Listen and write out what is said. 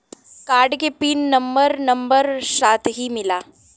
Card के PIN number number साथही मिला?